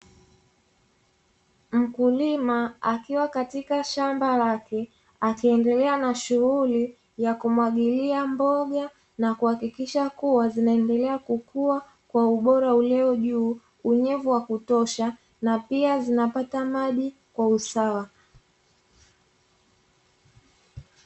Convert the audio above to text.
Mkulima akiwa katika shamba lake, akiendelea na shughuli ya kumwagilia mboga, na kuhakikisha kua zinaendalea kukua kwa ubora ulio juu, unyevu wa kutosha na pia zinapata maji kwa usawa.